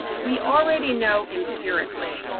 we already know, empirically,